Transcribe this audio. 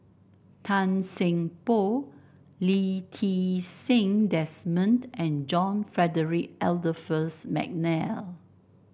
Tan Seng Poh Lee Ti Seng Desmond and John Frederick Adolphus McNair